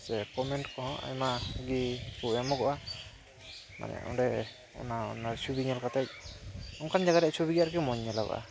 ᱥᱮ ᱠᱚᱢᱮᱱᱴ ᱠᱚᱦᱚᱸ ᱟᱭᱢᱟ ᱜᱮᱠᱚ ᱮᱢᱚᱜᱚᱜᱼᱟ ᱢᱟᱱᱮ ᱚᱸᱰᱮ ᱚᱱᱟ ᱪᱷᱚᱵᱤ ᱧᱮᱞ ᱠᱟᱛᱮ ᱚᱱᱠᱟᱱ ᱡᱟᱭᱜᱟ ᱮᱭᱟᱜ ᱪᱷᱚᱵᱤ ᱜᱮ ᱟᱨᱠᱤ ᱢᱚᱡᱽ ᱧᱮᱞᱚᱜᱼᱟ